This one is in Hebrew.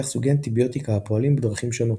סוגי אנטיביוטיקה הפועלים בדרכים שונות.